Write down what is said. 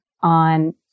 on